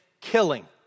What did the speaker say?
killing